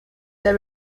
sehr